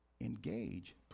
Engage